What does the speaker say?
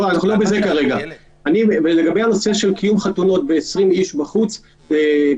ואני לא מבינה למה הייתה חוות דעת אפידמיולוגית שדיברה על X נתונים,